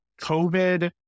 COVID